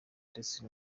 ndetse